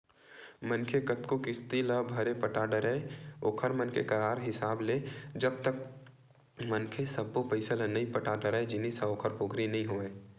मनखे कतको किस्ती ल भले पटा डरे राहय ओखर मन के करार हिसाब ले जब तक मनखे सब्बो पइसा ल नइ पटा डरय जिनिस ह ओखर पोगरी नइ होवय